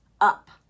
up